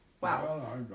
Wow